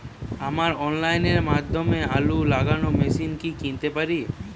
আমরা অনলাইনের মাধ্যমে আলু লাগানো মেশিন কি কিনতে পারি?